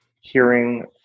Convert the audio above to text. hearing